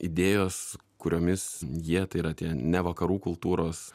idėjos kuriomis jie tai yra tie ne vakarų kultūros